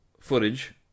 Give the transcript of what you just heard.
footage